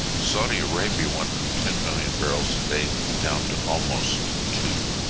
saudi arabia went from ten million barrels a day down to almost two.